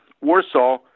Warsaw